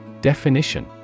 Definition